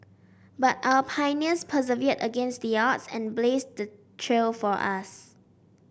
but our pioneers persevered against the odds and blazed the trail for us